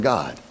God